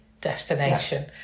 destination